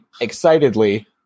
excitedly